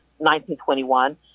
1921